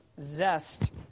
zest